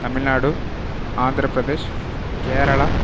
Tamil Nadu Andhra Pradesh Kerala